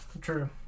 True